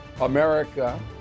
America